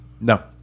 No